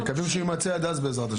נקווה שהוא יימצא עד אז, בעזרת השם.